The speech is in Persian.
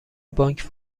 بانک